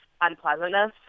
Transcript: unpleasantness